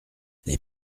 les